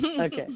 Okay